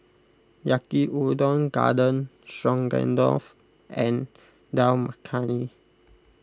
Yaki Udon Garden Stroganoff and Dal Makhani